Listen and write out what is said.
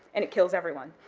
and it kills everyone,